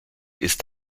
ist